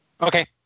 Okay